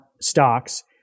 stocks